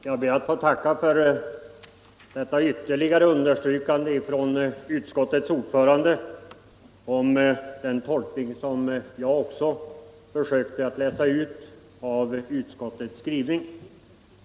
Herr talman! Jag ber att få tacka för detta ytterligare klarläggande av utskottets ordförande i frågan om den tolkning som jag försökte läsa ut av utskottets skrivning.